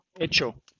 hecho